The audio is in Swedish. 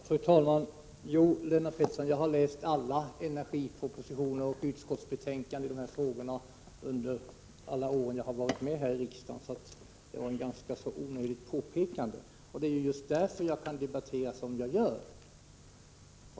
Fru talman! Jo, jag har läst alla propositioner och utskottsbetänkanden i energifrågorna under alla år jag har varit i riksdagen, så Lennart Petterssons påpekande var ganska onödigt. Det är just därför som jag debatterar som jag gör.